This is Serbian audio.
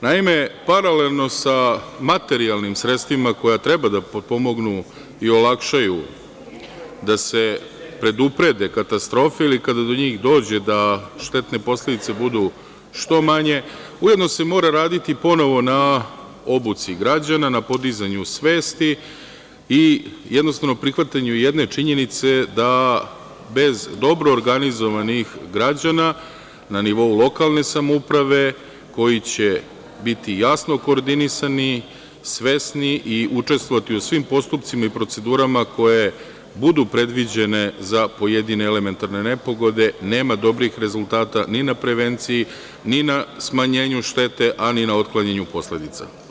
Naime, paralelno sa materijalnim sredstvima koja treba da potpomognu i olakšaju da se preduprede katastrofe ili kada do njih dođe, da štetne posledice budu što manje, ujedno se mora raditi ponovo na obuci građana, na podizanju svesti i jednostavno, prihvatanju jedne činjenice da bez dobro organizovanih građana na nivou lokalne samouprave koji će biti jasno koordinisani, svesni i učestvovati u svim postupcima i procedurama koje budu predviđene za pojedine elementarne nepogode, nema dobrih rezultata ni na prevenciji, ni na smanjenju štete, a ni na otklanjanju posledica.